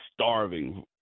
starving